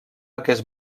aquest